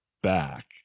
back